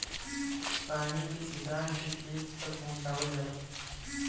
पानी के किसान के खेत तक पहुंचवाल जाला